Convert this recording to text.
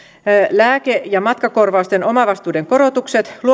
lääke ja matkakorvausten omavastuiden korotukset